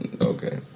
Okay